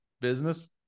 business